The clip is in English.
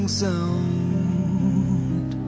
sound